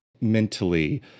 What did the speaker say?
mentally